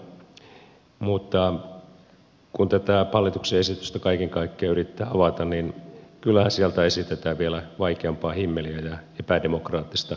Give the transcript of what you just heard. mutta kun tätä hallituksen esitystä kaiken kaikkiaan yrittää avata niin kyllähän sieltä esitetään vielä vaikeampaa himmeliä ja epädemokraattista vaihtoehtoa